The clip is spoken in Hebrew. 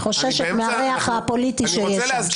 היא חוששת מהריח הפוליטי שיהיה שם.